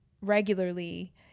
regularly